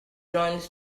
joins